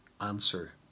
answer